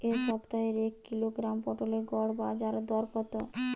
এ সপ্তাহের এক কিলোগ্রাম পটলের গড় বাজারে দর কত?